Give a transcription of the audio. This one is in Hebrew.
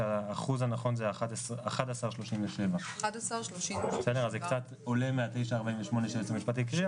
כשהאחוז הנכון זה 11.37%. זה עולה קצת מ-9.48% שהיועצת המשפטית הקריאה.